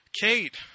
Kate